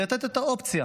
לתת את האופציה